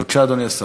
בבקשה, אדוני השר.